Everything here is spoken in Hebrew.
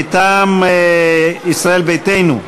מטעם ישראל ביתנו: